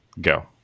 Go